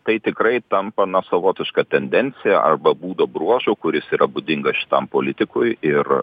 tai tikrai tampa na savotiška tendencija arba būdo bruožu kuris yra būdingas šitam politikui ir